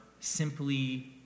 simply